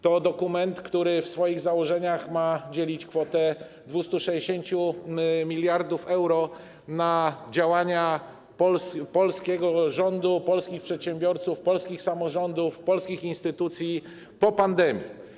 To dokument, który w swoich założeniach ma dzielić kwotę 260 mld euro na działania polskiego rządu, polskich przedsiębiorców, polskich samorządów, polskich instytucji po pandemii.